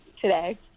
today